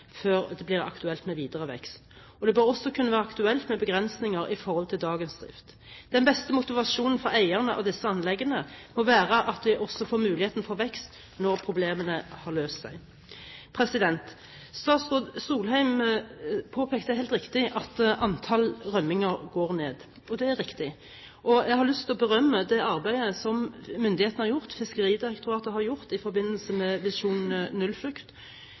før det blir aktuelt med videre vekst. Det bør også kunne være aktuelt med begrensninger i forhold til dagens drift. Den beste motivasjonen for eierne av disse anleggene må være at de også får mulighet til vekst når problemene blir løst. Statsråd Solheim påpekte helt riktig at antall rømninger går ned. Det er riktig. Jeg har lyst til å berømme det arbeidet som Fiskeridirektoratet har gjort i forbindelse med Visjon nullflukt,